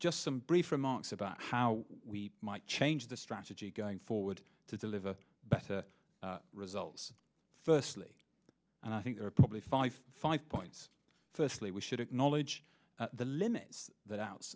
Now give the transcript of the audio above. just some brief remarks about how we might change the strategy going forward to deliver better results firstly and i think probably five five points firstly we should acknowledge the limits that out